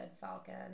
Falcon